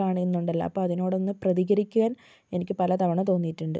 കാണുന്നുണ്ടല്ലോ അപ്പോൾ അതിനോടൊന്ന് പ്രതികരിക്കാൻ എനിക്ക് പലതവണ തോന്നിയിട്ടുണ്ട്